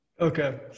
Okay